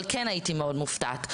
אבל כן הייתי מאוד מופתעת.